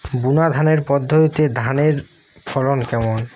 বুনাধানের পদ্ধতিতে ধানের ফলন কেমন?